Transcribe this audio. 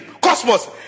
cosmos